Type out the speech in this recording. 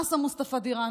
מה עשה מוסטפא דיראני?